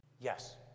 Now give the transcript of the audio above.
Yes